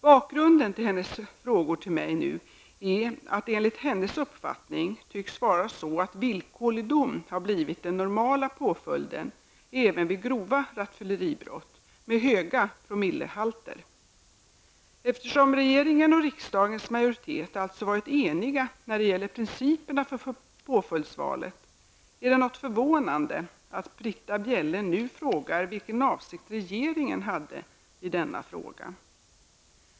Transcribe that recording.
Bakgrunden till hennes frågor till mig nu är att det enligt hennes uppfattning tycks vara så att villkorlig dom har blivit den normala påföljden även vid grova rattfylleribrott med höga promillehalter. Eftersom regeringen och riksdagens majoritet alltså varit eniga när det gäller principerna för påföljdsvalet är det något förvånande att Britta Bjelle nu frågar vilken avsikt regeringen hade i denna fråga.